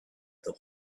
their